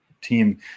team